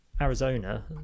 arizona